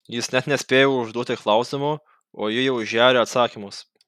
jis net nespėja užduoti klausimo o ji jau žeria atsakymus